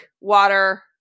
water